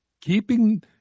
keeping